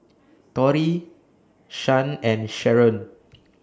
Torie Shan and Sheron